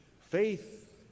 Faith